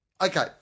Okay